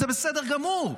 זה בסדר גמור.